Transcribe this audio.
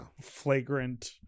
flagrant